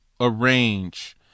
arrange